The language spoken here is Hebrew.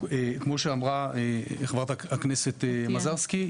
כמו שאמרה חברת הכנסת מזרסקי,